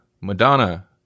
Madonna